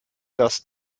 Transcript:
das